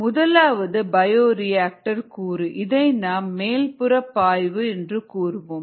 முதலாவது பயோரியாக்டர் கூறு இதை நாம் மேல்புற பாய்வு என்றும் கூறுவோம்